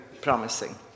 promising